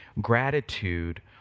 gratitude